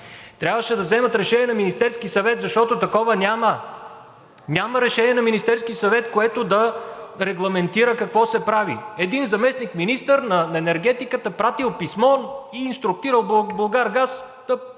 трябваше да вземат решение на Министерския съвет, защото такова няма. Няма решение на Министерския съвет, което да регламентира какво се прави. Един заместник-министър на енергетиката пратил писмо и инструктирал „Булгаргаз“ да престане